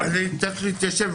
הייתי צריך להתיישב,